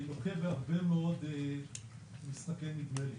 לוקה בהרה מאוד משחקי נדמה לי.